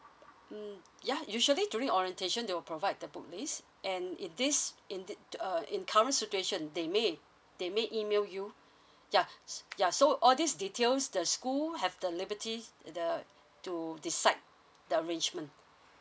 mm ya usually during orientation they will provide the book list and in this in the uh in current situation they may they may email you ya so ya so all these details the school have the liberty the to decide the arrangement